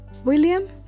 William